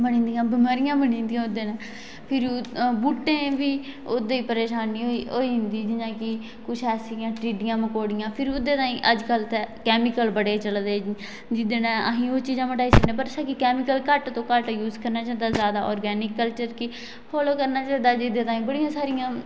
बनी जदियां बिमारियां बनी जंदिया ओहदे कन्नै फिर बूहटे बी ओहदे गै परेशानी होई जंदी कुछ ऐसियां तिड्डिया मकोड़ियां फिर ओहदे तांई अजकल ते केमीकल बडे़ चले दे जेहदे कन्नै अस ओह् चीजां मिटाई सकने पर केमीकल घट्ट थमां घट्ट यूज करना चाहिदा ते और आरगैनीकल खेती करनी चाहिदी जेहदा तांई बड़ियां सारियां